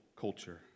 culture